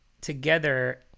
together